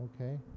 Okay